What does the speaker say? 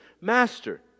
Master